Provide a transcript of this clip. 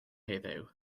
heddiw